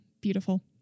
beautiful